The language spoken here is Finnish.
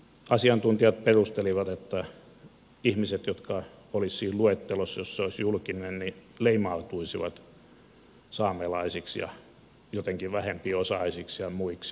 asiantuntijat perustelivat että ihmiset jotka olisivat siinä luettelossa jos se olisi julkinen leimautuisivat saamelaisiksi ja jotenkin vähempiosaisiksi ja muiksi